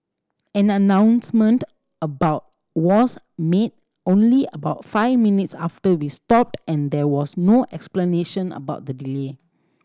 an announcement about was made only about five minutes after we stopped and there was no explanation about the delay